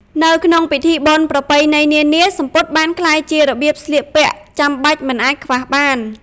នៅក្នុងពិធីបុណ្យប្រពៃណីនានា សំពត់បានក្លាយជារបៀបស្លៀកពាក់ចាំបាច់មិនអាចខ្វះបាន។